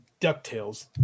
DuckTales